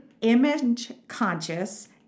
image-conscious